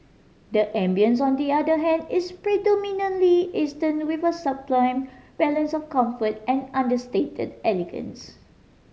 the ambience on the other hand is predominantly Eastern with a sublime balance of comfort and understated elegance